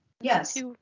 Yes